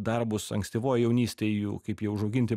darbus ankstyvoj jaunystėj jų kaip jie užauginti